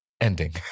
ending